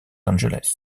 angeles